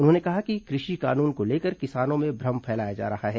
उन्होंने कहा कि कृषि कानून को लेकर किसानों में भ्रम फैलाया जा रहा है